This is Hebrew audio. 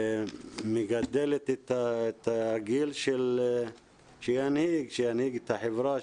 ומגדלת את הדור שינהיג את החברה,